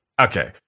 okay